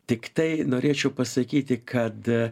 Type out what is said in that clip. tiktai norėčiau pasakyti kad